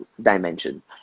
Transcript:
dimensions